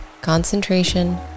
concentration